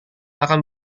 akan